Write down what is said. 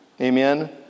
amen